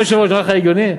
חבר הכנסת, נראה לכם הגיוני?